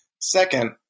Second